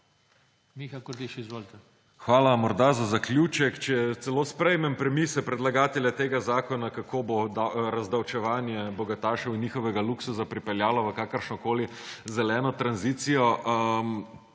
(PS Levica):** Hvala. Morda za zaključek. Če celo sprejmem premise predlagatelja tega zakona, kako bo razdavčevanje bogatašev in njihovega luksuza pripeljalo v kakršnokoli zeleno tranzicijo